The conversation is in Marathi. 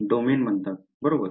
डोमेन म्हणतात बरोबर